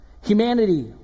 Humanity